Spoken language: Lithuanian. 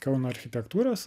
kauno architektūros